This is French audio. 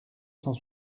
cent